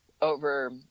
over